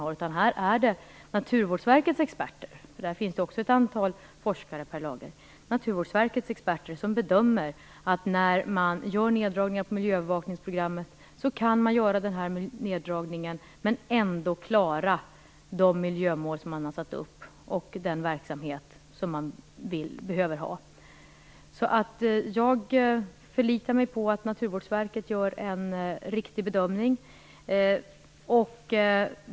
Här är det experterna på Naturvårdsverket - och även där finns det ett antal forskare, Per Lager - som bedömer att man kan göra den här neddragningen på miljöövervakningsprogrammet och ändå klara de miljömål som man har satt upp och den verksamhet som man behöver ha. Jag förlitar mig alltså på att Naturvårdsverket gör en riktig bedömning.